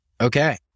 Okay